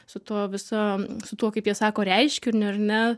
su tuo visa su tuo kaip jie sako reiškiniu ar ne